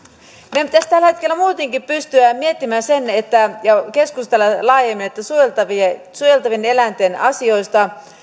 meidän pitäisi tällä hetkellä muutenkin pystyä miettimään ja keskustelemaan laajemmin suojeltavien suojeltavien eläinten asioista